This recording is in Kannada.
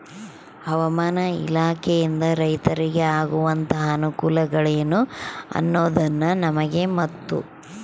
ಹವಾಮಾನ ಇಲಾಖೆಯಿಂದ ರೈತರಿಗೆ ಆಗುವಂತಹ ಅನುಕೂಲಗಳೇನು ಅನ್ನೋದನ್ನ ನಮಗೆ ಮತ್ತು?